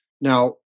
Now